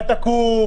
אל תקום,